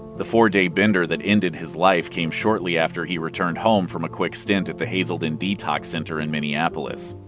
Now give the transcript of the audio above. the four-day bender that ended his life came shortly after he returned home from a quick stint at the hazelden detox center in minneapolis.